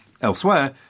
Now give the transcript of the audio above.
Elsewhere